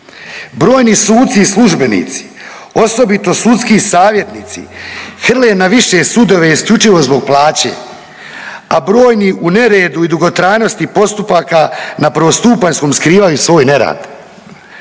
Brojni suci i službenici osobito sudski savjetnici hrle na više sudove isključivo zbog plaće, a brojni u neredu i dugotrajnosti postupaka na prvostupanjskom skrivaju svoj nerad.